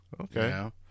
Okay